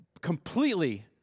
completely